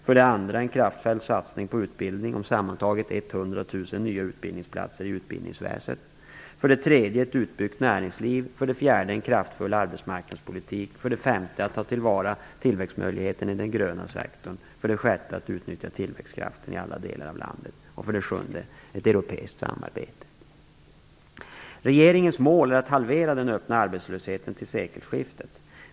För det andra, en kraftfull satsning på utbildning om sammantaget 100 000 nya utbildningsplatser i utbildningsväsendet. För det tredje, ett utbyggt näringsliv. För det fjärde, en kraftfull arbetsmarknadspolitik. För det femte, att ta till vara tillväxtmöjligheterna i den gröna sektorn. För det sjätte, att utnyttja tillväxtkraften i alla delar av landet. För det sjunde, europeiskt samarbete. Regeringens mål är att halvera den öppna arbetslösheten till sekelskiftet.